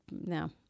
no